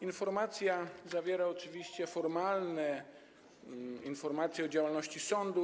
Informacja zawiera oczywiście formalne informacje o działalności sądu.